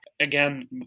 Again